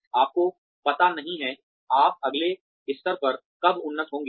आपको पता नहीं है आप अगले स्तर पर कब उन्नत होंगे